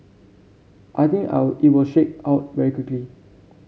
I think I'll it was shake out very quickly